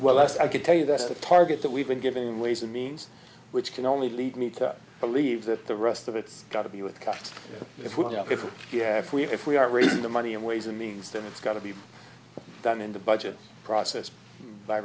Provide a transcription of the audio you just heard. well as i can tell you that's the target that we've been giving ways and means which can only lead me to believe that the rest of it's got to be with cuts if we if yeah if we if we are raising the money in ways and means that it's got to be done in the budget process by